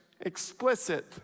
explicit